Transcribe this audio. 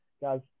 Guys